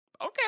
Okay